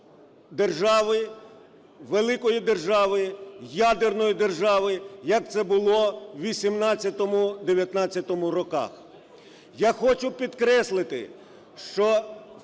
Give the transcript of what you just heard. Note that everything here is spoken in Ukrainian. держави, великої держави, ядерної держави, як це було в 2018-2019 роках.